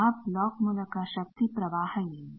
ಆ ಬ್ಲಾಕ್ ಮೂಲಕ ಶಕ್ತಿ ಪ್ರವಾಹ ಏನು